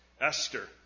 Esther